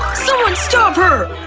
someone stop her!